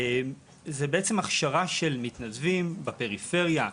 זה בעצם הכשרה של מתנדבים בפריפריה,